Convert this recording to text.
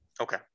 Okay